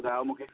ॿुधायो मूंखे